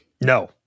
No